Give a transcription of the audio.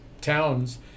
towns